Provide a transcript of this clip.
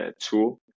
tool